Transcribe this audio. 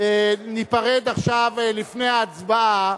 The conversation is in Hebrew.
ניפרד עכשיו, לפני ההצבעה,